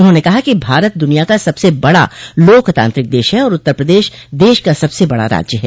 उन्होंने कहा कि भारत दुनिया का सबसे बड़ा लोकतांत्रिक देश है और उत्तर प्रदेश देश का सबसे बड़ा राज्य है